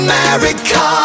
America